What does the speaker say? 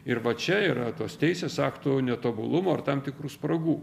ir va čia yra tos teisės aktų netobulumo ar tam tikrų spragų